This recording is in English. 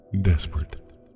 desperate